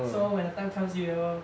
so when the time comes you will